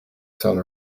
sun